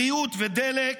בריאות ודלק,